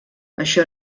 això